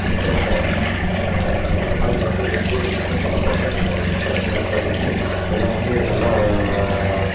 இந்த சிலம்பம் இந்தமாதிரி வந்து எங்கூர் சின்ன சின்ன குழந்தைங்கள் முதற்கொண்டு இதெல்லாம் கற்றுக்கிட்டு எல்லாம் வந்து நல்லா